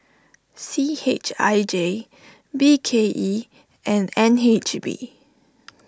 C H I J B K E and N H B